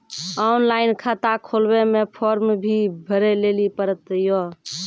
Online खाता खोलवे मे फोर्म भी भरे लेली पड़त यो?